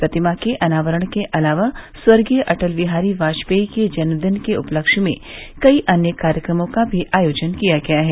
प्रतिमा के अनावरण के अलावा स्वर्गीय अटल बिहारी वाजपेई के जन्मदिन के उपलक्ष्य में कई अन्य कार्यक्रमो का भी आयोजन किया गया है